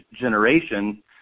generation